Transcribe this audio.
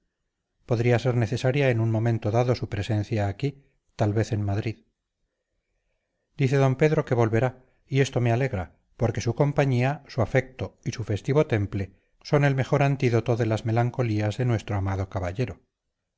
podría ser necesaria en un momento dado su presencia aquí tal vez en madrid dice d pedro que volverá y esto me alegra porque su compañía su afecto y su festivo temple son el mejor antídoto de las melancolías de nuestro amado caballero